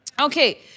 Okay